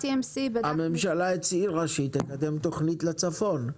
הממשלה הצהירה שהיא תקדם תוכנית לצפון,